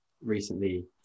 recently